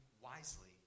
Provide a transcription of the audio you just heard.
wisely